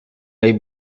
they